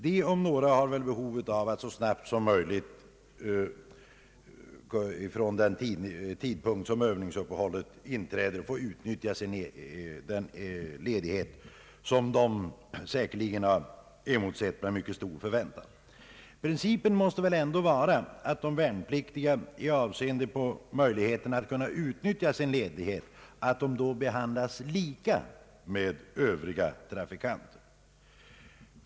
De värnpliktiga om några har behov av att så snabbt som möjligt från den tidpunkt då övningsuppehållet inträder få utnyttja sin ledighet som de säkerligen har emotsett med mycket stor förväntan. Principen måste väl ändå vara att de värnpliktiga med avseende på möjligheten att utnyttja sin ledighet behandlas lika i jämförelse med övriga trafikanter.